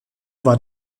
war